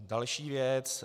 Další věc.